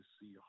see